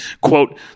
quote